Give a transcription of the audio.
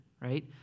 right